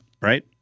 right